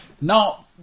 Now